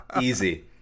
Easy